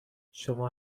شما